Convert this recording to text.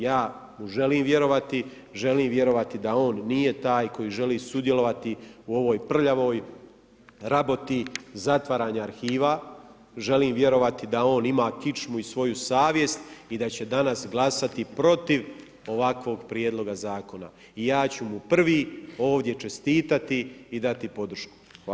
Ja mu želim vjerovati, želim vjerovati da on nije taj koji želi sudjelovati u ovoj prljavoj raboti zatvaranja arhiva, želim vjerovati da on ima kičmu i svoju savjest i da će danas glasati protiv ovakvog prijedloga zakona i ja ću mu prvi ovdje čestitati i dati podršku.